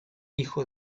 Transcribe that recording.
hijo